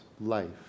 life